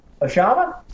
Ashama